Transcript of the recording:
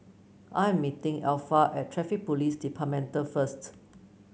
I am meeting Alpha at Traffic Police Department first